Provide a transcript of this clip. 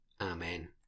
Amen